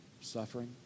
suffering